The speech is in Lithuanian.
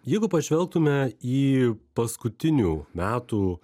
jeigu pažvelgtume į paskutinių metų